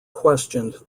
questioned